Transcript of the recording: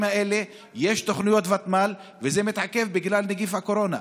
האלה יש תוכניות ותמ"ל שמתעכבות בגלל נגיף הקורונה?